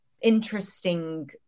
interesting